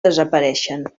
desapareixen